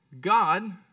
God